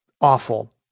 awful